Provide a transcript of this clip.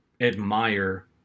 admire